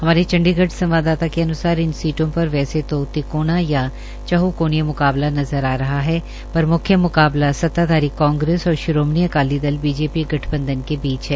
हमारे चण्डीगढ संवाददाता अनुसार इन सीटों पर वैसे तो तिकोणा या चहुकोणीय मुकाबला नजर आ रहा है पर मुख्य मुकाबला सत्ताधारी कांग्रेस और शिारोमणी अकाली दल बीजेपी गठबंधन के बीच है